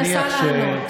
ואני מנסה לענות.